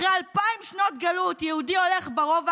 אחרי אלפיים שנות גלות יהודי הולך ברובע